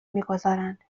میگذارند